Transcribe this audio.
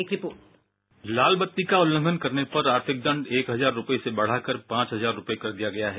एक report bite लाल बत्ती का उल्लंघन करने पर आर्थिक दंड एक हजार रुपये से बढ़ाकर पांच हजार रुपये कर दिया गया है